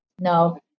no